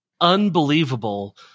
unbelievable